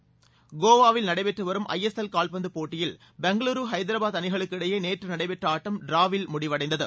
கோவாவில் நடைபெற்று வரும் ஜஎஸ்எல் கால்பந்து போட்டியில் பெங்களுரு ஹைதராபாத் அணிகளுக்கு இடையே நேற்று நடைபெற்ற ஆட்டம் டிராவில் முடிவடைந்தது